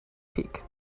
peak